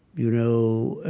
you know,